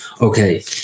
okay